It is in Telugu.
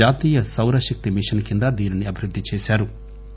జాతీయ సౌర శక్తి మిషన్ కింద దీనిని అభివృద్ధి చేశారు